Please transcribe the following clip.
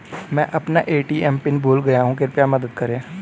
मैं अपना ATM PIN भूल गया हूँ कृपया मदद करें